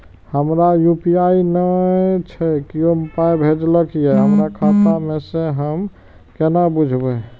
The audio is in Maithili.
हमरा यू.पी.आई नय छै कियो पाय भेजलक यै हमरा खाता मे से हम केना बुझबै?